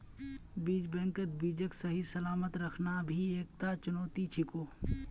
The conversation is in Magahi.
बीज बैंकत बीजक सही सलामत रखना भी एकता चुनौती छिको